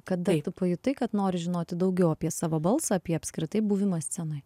kada tu pajutai kad nori žinoti daugiau apie savo balsą apie apskritai buvimą scenoj